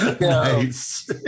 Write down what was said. Nice